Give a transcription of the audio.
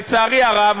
לצערי הרב,